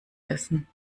essen